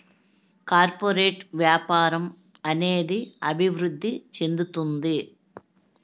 corporate వ్యాపారం అనేది అభివృద్ధి చెందుతుంది